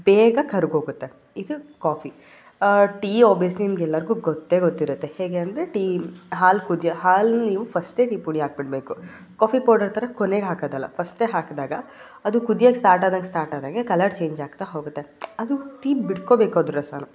ಬೇಗ ಕರಗೋಗುತ್ತೆ ಇದು ಕಾಫಿ ಟೀ ಓಬಿಯಸ್ಲಿ ನಿಮ್ಗೆಲ್ಲರಿಗೂ ಗೊತ್ತೇ ಗೊತ್ತಿರುತ್ತೆ ಹೇಗೆ ಅಂದರೆ ಟೀ ಹಾಲು ಕುದಿಯೋ ಹಾಲು ನೀವು ಫಸ್ಟೇ ಟೀ ಪುಡಿ ಹಾಕಿಬಿಡ್ಬೇಕು ಕಾಫಿ ಪೌಡರ್ ಥರ ಕೊನೆಗೆ ಹಾಕೋದಲ್ಲ ಫಸ್ಟೇ ಹಾಕಿದಾಗ ಅದು ಕುದಿಯೋಕ್ ಸ್ಟಾರ್ಟಾದಾಗ ಸ್ಟಾರ್ಟಾದಾಗೆ ಕಲರ್ ಚೇಂಜಾಗ್ತಾ ಹೋಗುತ್ತೆ ಅದು ಟೀ ಬಿಟ್ಕೋಬೇಕು ಅದು ರಸಾನ